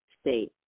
state